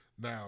Now